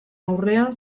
aurrean